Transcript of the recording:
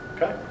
Okay